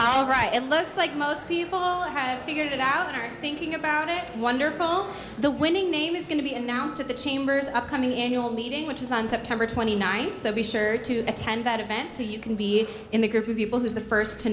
all right it looks like most people have figured it out and are thinking about it wonderful the winning name is going to be announced at the chamber's upcoming meeting which is on september twenty ninth so be sure to attend that event so you can be in the group of people who's the first to